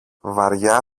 βαριά